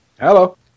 Hello